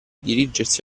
dirigersi